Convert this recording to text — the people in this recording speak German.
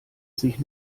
sich